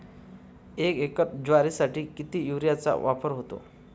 एक एकर ज्वारीसाठी किती युरियाचा वापर होतो?